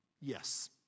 Yes